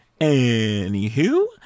Anywho